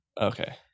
Okay